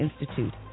Institute